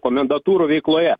komendantūrų veikloje